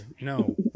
No